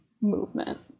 movement